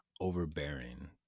overbearing